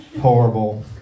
horrible